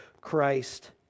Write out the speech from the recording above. Christ